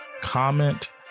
comment